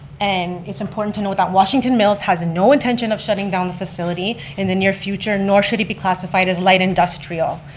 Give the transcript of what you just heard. and, it's important to know that washington mills has no intention of shutting down the facility in the near future, nor should we be classified as light industrial.